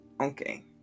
Okay